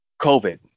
COVID